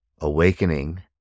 awakening